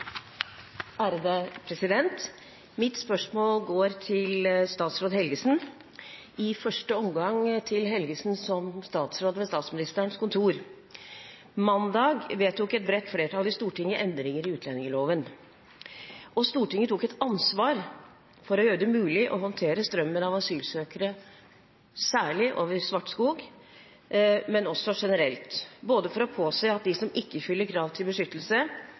Mitt spørsmål går til statsråd Helgesen, i første omgang til Helgesen som statsråd ved Statsministerens kontor. Mandag vedtok et bredt flertall i Stortinget endringer i utlendingsloven. Stortinget tok et ansvar for å gjøre det mulig å håndtere strømmen av asylsøkere, særlig over Storskog, men også generelt, både for å påse at de som ikke oppfyller krav til beskyttelse,